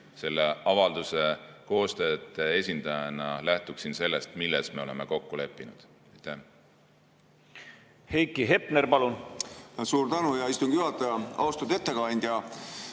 selle avalduse koostajate esindajana lähtuksin sellest, milles me oleme kokku leppinud.